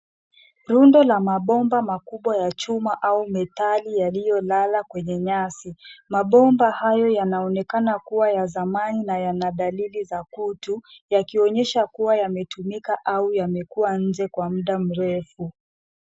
Rundo la mabomba makubwa ya chuma au metali yaliyolala kwenye nyasi. Mabomba hayo yanaonekana kuwa ya zamani na yana dalili za kutu yakionyesha kuwa yametumika au yamekuwa nje kwa muda mrefu .